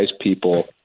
people